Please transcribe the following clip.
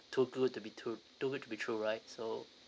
too good to be to too good to be true right so